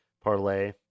parlay